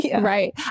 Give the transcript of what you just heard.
right